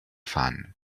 fan